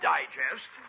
Digest